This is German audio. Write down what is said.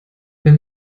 wenn